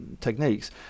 techniques